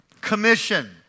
Commission